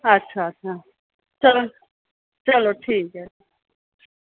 अच्छा अच्छा चलो चलो ठीक ऐ